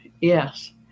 Yes